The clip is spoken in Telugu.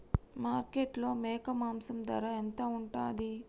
మార్కెట్లో మేక మాంసం ధర ఎంత ఉంటది?